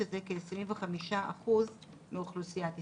שזה כ-25% מאוכלוסיית ישראל.